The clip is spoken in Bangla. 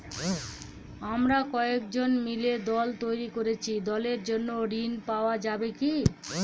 আমরা কয়েকজন মিলে দল তৈরি করেছি দলের জন্য ঋণ পাওয়া যাবে কি?